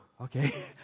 okay